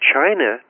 China